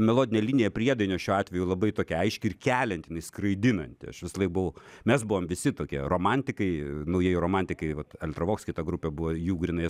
melodinė linija priedainio šiuo atveju labai tokia aiški ir kelianti jinai skraidinanti aš visą laiką buvau mes buvom visi tokie romantikai naujieji romantikai vat eltravoks kai ta grupė buvo jų grynai